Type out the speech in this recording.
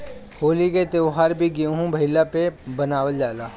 होली के त्यौहार भी गेंहू भईला पे मनावल जाला